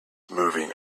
moving